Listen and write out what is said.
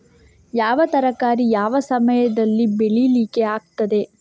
ಯಾವ ತರಕಾರಿ ಯಾವ ಸಮಯದಲ್ಲಿ ಬೆಳಿಲಿಕ್ಕೆ ಆಗ್ತದೆ?